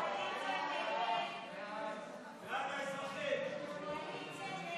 ההצעה להעביר לוועדה את הצעת חוק הקמת